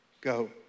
Go